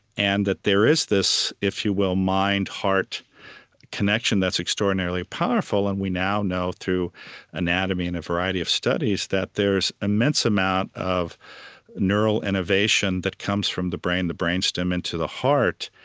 and that there is this, if you will, mind-heart connection that's extraordinarily powerful. and we now know through anatomy and a variety of studies that there's immense amount of neural innovation that comes from the brain, the brain stem into the heart.